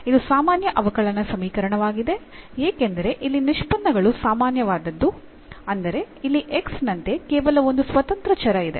ಇದು ಸಾಮಾನ್ಯ ಅವಕಲನ ಸಮೀಕರಣವಾಗಿದೆ ಏಕೆಂದರೆ ಇಲ್ಲಿ ನಿಷ್ಪನ್ನಗಳು ಸಾಮಾನ್ಯವಾದದ್ದು ಅಂದರೆ ಇಲ್ಲಿ x ನಂತೆ ಕೇವಲ ಒಂದು ಸ್ವತಂತ್ರ ಚರ ಇದೆ